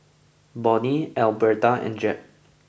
Bonny Albertha and Jeb